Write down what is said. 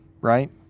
right